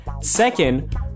Second